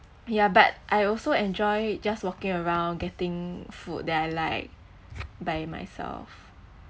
ya but I also enjoy just walking around getting food that I like by myself